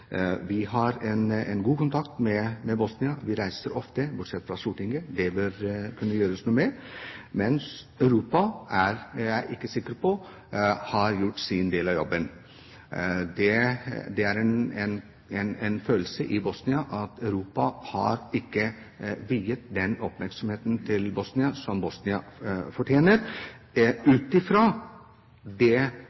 Vi har god kontakt med Bosnia. Vi reiser ofte – bortsett fra Stortinget, det bør det kunne gjøres noe med – men jeg er ikke sikker på om Europa har gjort sin del av jobben. Det er en følelse i Bosnia at Europa ikke har viet Bosnia den oppmerksomhet som Bosnia fortjener,